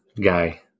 guy